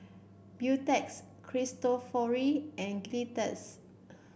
Beautex Cristofori and Gillette